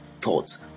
thoughts